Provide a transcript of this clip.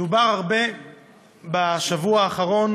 דובר הרבה בשבוע האחרון